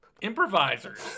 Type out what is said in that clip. Improvisers